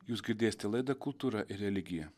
jūs girdėsite laidą kultūra ir religija